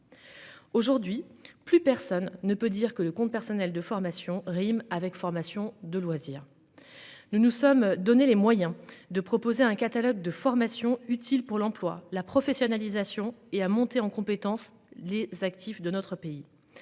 Aujourd'hui plus personne ne peut dire que le compte personnel de formation rime avec formation de loisirs. Nous nous sommes donné les moyens de proposer un catalogue de formation utile pour l'emploi la professionnalisation et à monter en compétences, les actifs de notre pays.